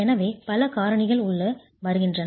எனவே பல காரணிகள் உள்ளே வருகின்றன